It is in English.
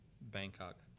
Bangkok